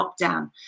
lockdown